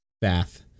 Bath